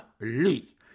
Lee